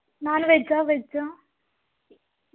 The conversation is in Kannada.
ನಾನ್ ವೆಜ್ಜಾ ವೆಜ್ಜಾ